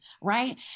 right